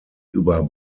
über